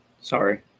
Sorry